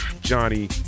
Johnny